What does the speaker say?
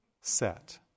set